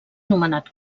nomenat